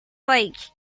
like